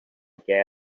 què